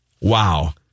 wow